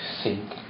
sink